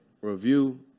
review